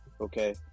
Okay